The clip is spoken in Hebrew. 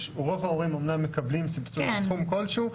רוב ההורים אמנם מקבלים סבסוד בסכום כלשהו,